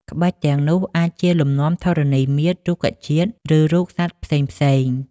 ក្បាច់ទាំងនោះអាចជា លំនាំធរណីមាត្រ រុក្ខជាតិ ឬរូបសត្វផ្សេងៗ។